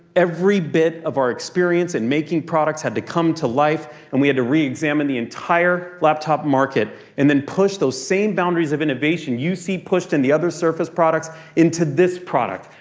every bit of our experience in making products had to come to life, and we had to re-examine the entire laptop market. and then push those same boundaries of innovation you see pushed in the other surface products into this product.